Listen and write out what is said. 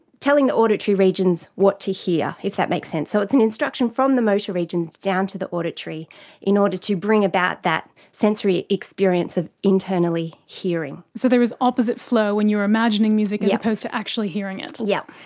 telling the auditory regions what to hear, if that makes sense. so it's an instruction from the motor regions down to the auditory in order to bring about that sensory experience of internally hearing. so there is opposite flow when you are imagining music as opposed to actually hearing it. yes.